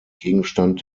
gegenstand